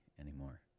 anymore